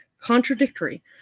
contradictory